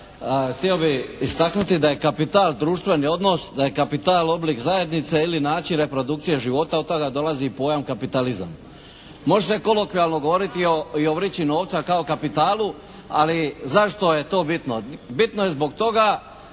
Htio bih istaknuti da je kapital društveni odnos, da je kapital oblik zajednice ili način reprodukcije života. Od toga dolazi i pojam kapitalizam. Može se kolokvijalno govoriti i o vrići novca kao kapitalu ali zašto je to bitno? Bitno je zbog toga